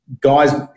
guys